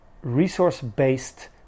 resource-based